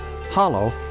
Hollow